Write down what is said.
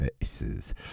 faces